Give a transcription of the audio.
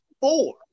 four